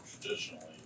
traditionally